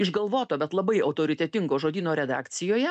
išgalvoto bet labai autoritetingo žodyno redakcijoje